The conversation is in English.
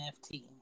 NFT